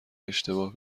اشتباه